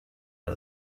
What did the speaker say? out